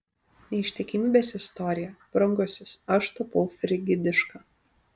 neištikimybės istorija brangusis aš tapau frigidiška